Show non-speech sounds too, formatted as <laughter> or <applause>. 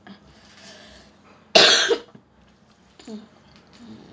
<coughs> mm